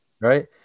Right